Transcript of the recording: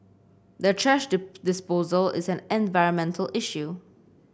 the thrash disposal is an environmental issue